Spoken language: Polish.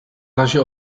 razie